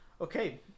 Okay